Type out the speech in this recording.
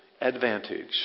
advantage